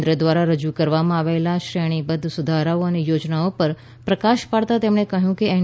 કેન્દ્ર દ્વારા રજૂ કરવામાં આવેલા શ્રેણીબદ્ધ સુધારાઓ અને યોજનાઓ પર પ્રકાશ પાડતાં તેમણે કહ્યું કે એન